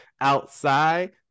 outside